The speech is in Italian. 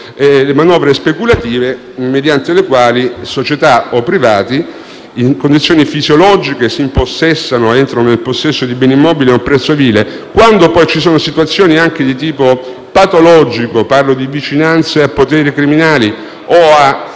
le manovre speculative, mediante le quali società o privati, in condizioni fisiologiche, si impossessano di beni immobili a un prezzo vile. Quando poi ci sono situazioni anche di tipo patologico (parlo di vicinanze a poteri criminali o di